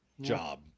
job